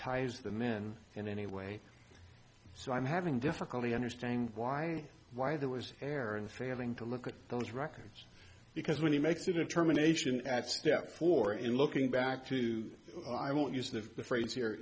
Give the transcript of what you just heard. ties them in and anyway so i'm having difficulty understanding why why there was error and failing to look at those records because when he makes a determination at step four in looking back to i won't use the phrase here